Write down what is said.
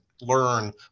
learn